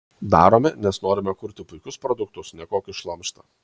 darome nes norime kurti puikius produktus ne kokį šlamštą